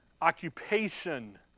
occupation